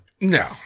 No